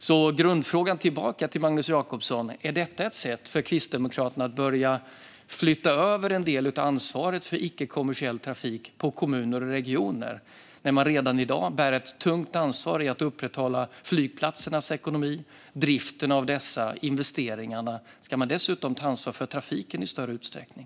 Min fråga tillbaka till Magnus Jacobsson är om detta är ett sätt för Kristdemokraterna att börja flytta över en del av ansvaret för icke-kommersiell trafik på kommuner och regioner, där man redan i dag bär ett tungt ansvar för att upprätthålla flygplatsernas ekonomi, driften av dem och investeringarna i dem. Ska man dessutom ta ansvar för trafiken i större utsträckning?